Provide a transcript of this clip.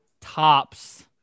tops